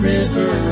River